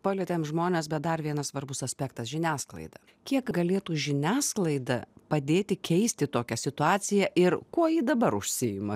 palietėm žmones bet dar vienas svarbus aspektas žiniasklaida kiek galėtų žiniasklaida padėti keisti tokią situaciją ir kuo ji dabar užsiima